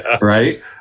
right